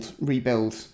rebuild